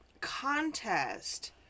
contest